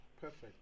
perfect